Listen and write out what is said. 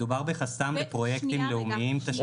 מדובר בחסם בפרויקטים לאומיים תשתיתיים תחבורתיים,